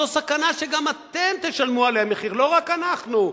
זו סכנה שגם אתם תשלמו עליה מחיר ולא רק אנחנו.